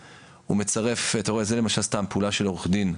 זה למשל, סתם, פעולה של עורך דין.